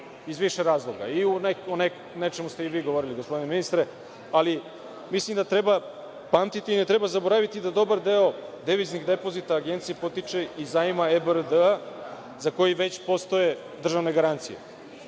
iz više razloga. O nečemu ste i vi govorili, gospodine ministre, ali mislim da treba pamtiti i ne treba zaboraviti da dobar deo deviznih depozita Agencije potiče iz zajma IBRD, za koji već postoje državne garancije. Šta